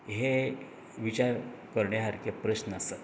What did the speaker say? हें विचार करण्यासराकें प्रस्न आसात